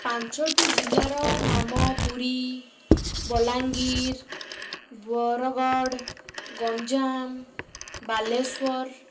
ପାଞ୍ଚଟି ଜିଲ୍ଲାର ନାମ ପୁରୀ ବଲାଙ୍ଗୀର ବରଗଡ଼ ଗଞ୍ଜାମ ବାଲେଶ୍ୱର